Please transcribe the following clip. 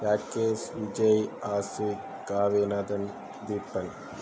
Yagesh Vijay Ashik Kaviyanathan Deepak